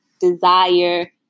desire